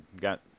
got